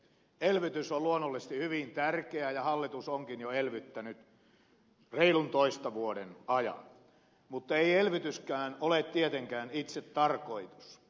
elvytys on luonnollisesti hyvin tärkeä ja hallitus onkin jo elvyttänyt reilun vuoden ajan mutta ei elvytyskään ole tietenkään itsetarkoitus